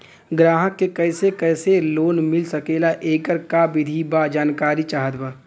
ग्राहक के कैसे कैसे लोन मिल सकेला येकर का विधि बा जानकारी चाहत बा?